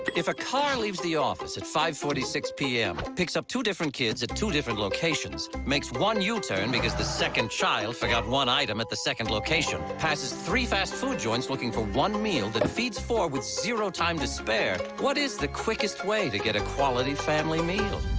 if a car leaves the office. at five forty six pm. picks up two different kids at two different locations. makes one yeah u-turn because the second child forgot one item at the second location. passes three fast food joints looking for one meal. that feeds four with zero time to spare. what is the quickest way to get a quality family meal?